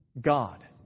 God